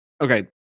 Okay